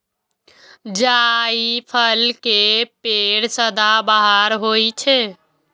जायफल के पेड़ सदाबहार होइ छै